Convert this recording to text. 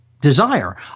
desire